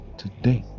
today